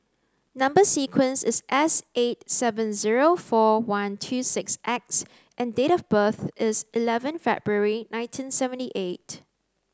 number sequence is S eight seven zero four one two six X and date of birth is eleven February nineteen seventy eight